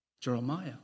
Jeremiah